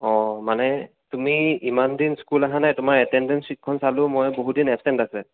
অঁ মানে তুমি ইমান দিন স্কুল অহা নাই তোমাৰ এটেনডেন্স শ্বিটখন চালো মই বহুত দিন এবচেন্ট আছে